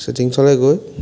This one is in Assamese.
ছেটিংছলৈ গৈ